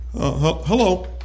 Hello